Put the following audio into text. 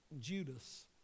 Judas